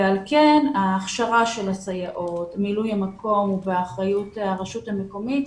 ועל כן ההכשרה של הסייעות ומילוי המקום הוא באחריות הרשות המקומית.